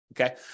Okay